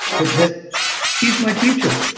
but but she's my teacher.